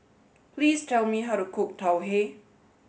please tell me how to cook Tau Huay